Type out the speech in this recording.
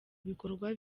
bikorwa